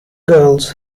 girls